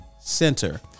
center